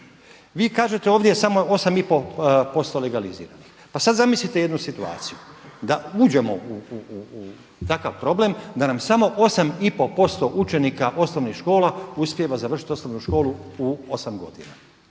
Vi kažete ovdje je samo 8,5% legaliziranih, pa sad zamislite jednu situaciju da uđemo u takav problem da nam samo 8,5% učenika osnovnih škola uspijeva završiti osnovnu školu u 8 godina.